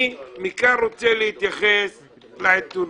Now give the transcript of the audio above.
אני בעיקר רוצה להתייחס לעיתונות.